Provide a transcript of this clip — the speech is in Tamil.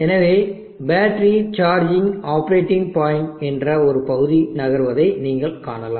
எனவே பேட்டரி சார்ஜிங் ஆப்பரேட்டிங் பாயிண்ட் என்ற ஒரு பகுதி நகர்வதை நீங்கள் காணலாம்